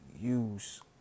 Use